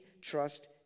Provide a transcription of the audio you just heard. trust